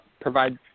provide